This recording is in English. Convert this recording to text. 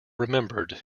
remembered